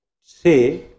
say